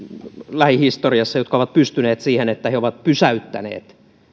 jotka ovat pystyneet siihen että he ovat pysäyttäneet